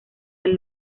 del